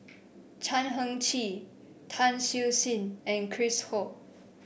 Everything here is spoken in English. Chan Heng Chee Tan Siew Sin and Chris Ho